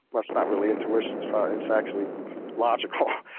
that's not really intuition it's actually logical.